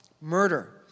murder